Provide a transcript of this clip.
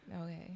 Okay